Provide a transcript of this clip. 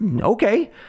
okay